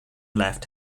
left